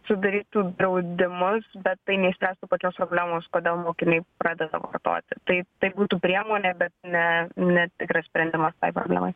sudarytų draudimus bet tai neišspręstų pačios problemos kodėl mokiniai pradeda vartoti taip tai būtų priemonė bet ne ne tikras sprendimas tai problemai